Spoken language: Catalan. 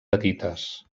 petites